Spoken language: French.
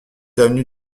avenue